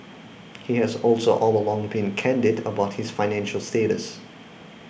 he has also all along been candid about his financial status